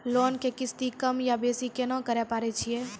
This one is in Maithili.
लोन के किस्ती कम या बेसी केना करबै पारे छियै?